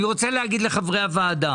אני רוצה להגיד לחברי הוועדה